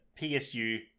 psu